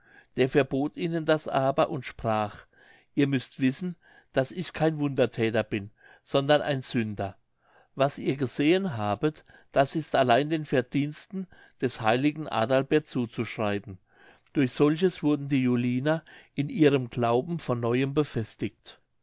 der verbot ihnen das aber und sprach ihr müßt wissen daß ich kein wunderthäter bin sondern ein sünder was ihr gesehen habet das ist allein den verdiensten des heiligen adalbert zuzuschreiben durch solches wurden die juliner in ihrem glauben von neuem befestigt